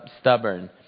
stubborn